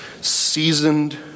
seasoned